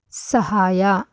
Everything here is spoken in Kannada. ಸಹಾಯ